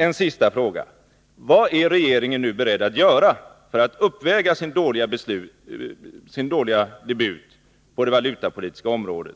En sista fråga: Vad är regeringen nu beredd att göra för att uppväga sin dåliga debut på det valutapolitiska området